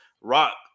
Rock